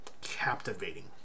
captivating